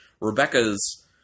Rebecca's